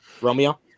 Romeo